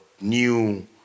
new